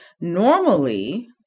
Normally